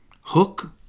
Hook